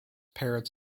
parrots